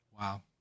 wow